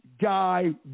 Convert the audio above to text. guy